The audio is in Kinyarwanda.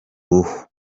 ruhu